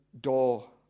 door